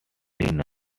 linux